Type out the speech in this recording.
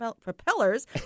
Propellers